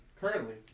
currently